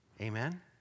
Amen